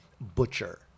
Butcher